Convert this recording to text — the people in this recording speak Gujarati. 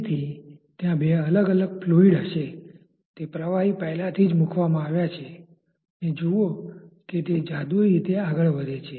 તેથી ત્યાં બે અલગ અલગ ફ્લુઇડ હશે તે પ્રવાહી પહેલાથી જ મૂકવામાં આવ્યા છે અને જુઓ કે તે જાદુઈ રીતે આગળ વધે છે